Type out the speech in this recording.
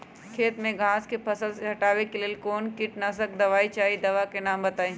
खेत में घास के फसल से हटावे के लेल कौन किटनाशक दवाई चाहि दवा का नाम बताआई?